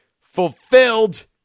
fulfilled